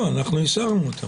אנחנו הסרנו אותן.